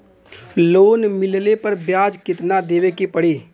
Loan मिलले पर ब्याज कितनादेवे के पड़ी?